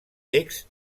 texts